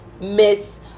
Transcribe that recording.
miss